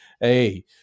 hey